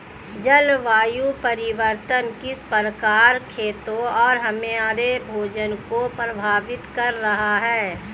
जलवायु परिवर्तन किस प्रकार खेतों और हमारे भोजन को प्रभावित कर रहा है?